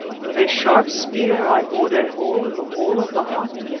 with a sharp spear i bored a hole in the wall of the hut,